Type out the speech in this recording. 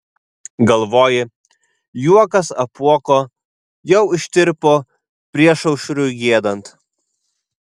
galvoji juokas apuoko jau ištirpo priešaušriui giedant